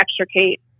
extricate